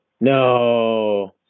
No